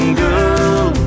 girl